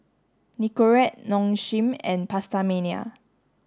Nicorette Nong Shim and PastaMania